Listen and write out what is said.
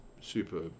super